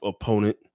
opponent